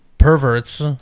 perverts